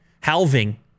Halving